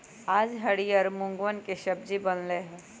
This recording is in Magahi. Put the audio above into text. आज हरियर मूँगवन के सब्जी बन लय है